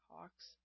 Hawks